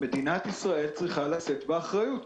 צריכה לשאת באחריות.